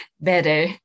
better